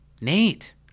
Nate